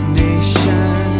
nation